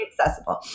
accessible